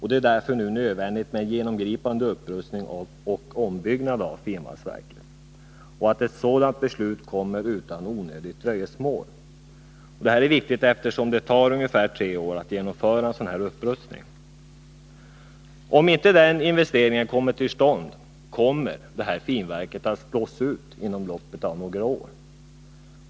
Det är därför nödvändigt med en genomgripande upprustning och ombyggnad av finvalsverket, och det är viktigt att ett sådant beslut kommer utan onödigt dröjsmål, eftersom det tar ca tre år att genomföra en sådan upprustning. Om den investeringen inte kommer till stånd, kommer finvalsverket att slås ut inom loppet av några år.